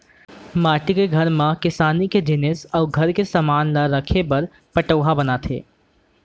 माटी के घर म किसानी के जिनिस अउ घर के समान ल राखे बर पटउहॉं बनाथे